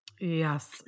Yes